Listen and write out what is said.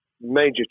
major